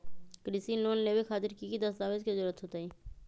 कृषि लोन लेबे खातिर की की दस्तावेज के जरूरत होतई?